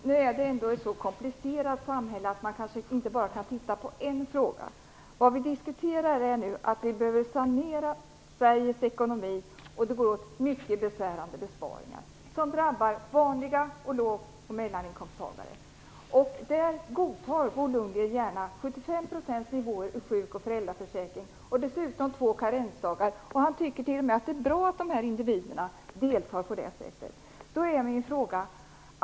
Herr talman! Samhället är så komplicerat att det inte går att bara titta på en fråga. Vi diskuterar en sanering av Sveriges ekonomi, och att det innebär många besvärande besparingar. Det drabbar vanliga låg och mellaninkomsttagare. Bo Lundgren godtar gärna 75 % ersättningsnivåer i sjuk och föräldraförsäkring och dessutom två karensdagar. Han tycker t.o.m. att det är bra att individerna deltar.